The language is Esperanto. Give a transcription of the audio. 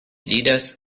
diras